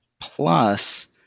Plus